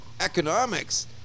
economics